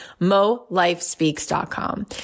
MoLifeSpeaks.com